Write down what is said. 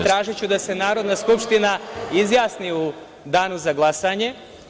Tražiću da se Narodna skupština izjasni u danu za glasanje.